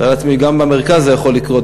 אני מתאר לעצמי שגם במרכז זה יכול לקרות,